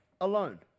alone